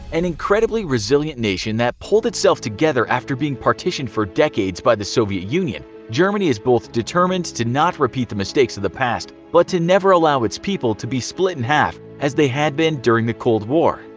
an incredibly resilient nation that pulled itself together after being partitioned for decades by the soviet union, germany is both determined to not repeat the mistakes of the past but to never allow its people to be split in half as they had been during the cold war.